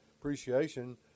appreciation